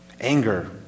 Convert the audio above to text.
Anger